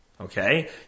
Okay